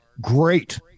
great